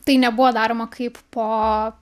tai nebuvo daroma kaip po